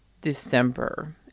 December